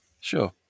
sure